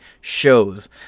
shows